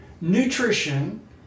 nutrition